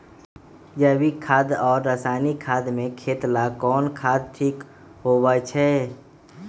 जैविक खाद और रासायनिक खाद में खेत ला कौन खाद ठीक होवैछे?